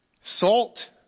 salt